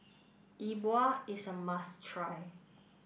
Yi Bua is a must try